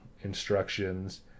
instructions